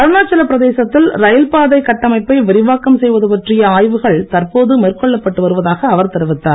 அருணாச்சல பிரதேசத்தில் ரயில் பாதை கட்டமைப்பை விரிவாக்கம் செய்வது பற்றிய ஆய்வுகள் தற்போது மேற்கொள்ளப்பட்டு வருவதாக அவர் தெரிவித்தார்